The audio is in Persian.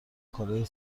کارای